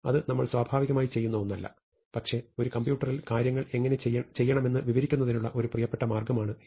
അത് ഞങ്ങൾ സ്വാഭാവികമായി ചെയ്യുന്ന ഒന്നല്ല പക്ഷേ ഒരു കമ്പ്യൂട്ടറിൽ കാര്യങ്ങൾ എങ്ങനെ ചെയ്യണമെന്ന് വിവരിക്കുന്നതിനുള്ള ഒരു പ്രിയപ്പെട്ട മാർഗമാണ് ഇത്